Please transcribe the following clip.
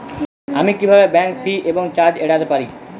আমি কিভাবে bank fee এবং চার্জ এড়াতে পারি?